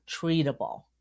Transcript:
treatable